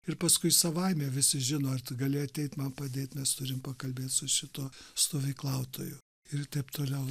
ir paskui savaime visi žino ir tu gali ateit man padėt nes turim pakalbėt su šituo stovyklautoju ir taip tolaiu